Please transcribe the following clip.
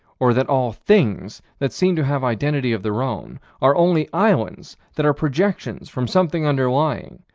or that all things that seem to have identity of their own are only islands that are projections from something underlying,